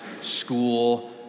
school